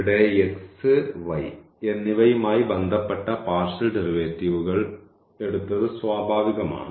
ഇവിടെ x y എന്നിവയുമായി ബന്ധപ്പെട്ട പാർഷ്യൽ ഡെറിവേറ്റീവുകൾ എടുത്തത് സ്വാഭാവികമാണ്